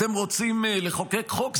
אתם רוצים לחוקק חוק?